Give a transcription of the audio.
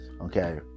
Okay